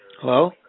Hello